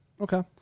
Okay